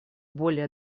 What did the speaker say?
более